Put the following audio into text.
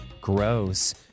Gross